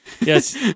Yes